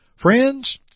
Friends